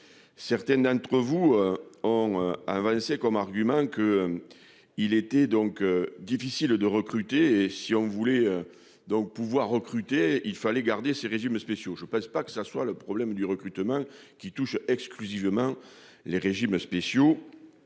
Certaines d'entre vous ont avancé comme argument que. Il était donc difficile de recruter et si on voulait donc pouvoir recruter il fallait garder ces régimes spéciaux. Je pense pas que ça soit le problème du recrutement qui touche exclusivement les régimes spéciaux.